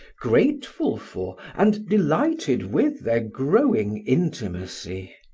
grateful for and delighted with their growing intimacy.